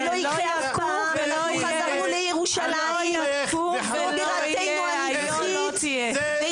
אנחנו חזרנו לירושלים וזאת בירתנו הנצחית,